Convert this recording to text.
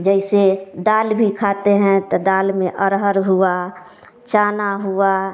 जैसे दाल भी खाते हैं तो दाल में अरहर हुआ चना हुआ